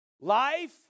Life